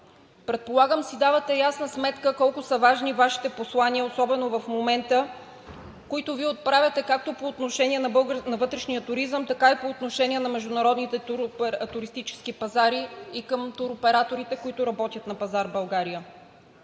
Предполагам си давате ясна сметка колко са важни Вашите послания, особено в момента, които Вие отправяте както по отношение на вътрешния туризъм, така и по отношение на международните туристически пазари и към туроператорите, които работят на пазара в България.